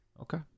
Okay